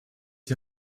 die